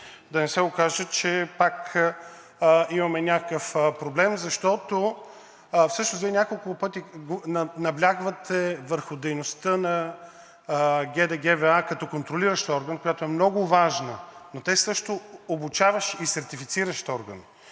да не се окаже, че пак имаме някакъв проблем, защото всъщност Вие няколко пъти наблягате върху дейността на ГД ГВА като контролиращ орган, която е много важна, но те са също обучаващ и сертифициращ орган.